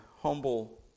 humble